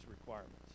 requirements